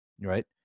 Right